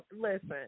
Listen